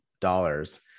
dollars